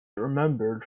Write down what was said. remembered